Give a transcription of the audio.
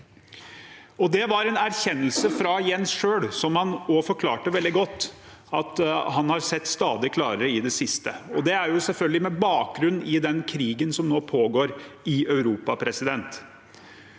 Det var en erkjennelse fra Jens selv, som han forklarte veldig godt at han har sett stadig klarere i det siste. Det er selvfølgelig med bakgrunn i den krigen som nå pågår i Europa. Det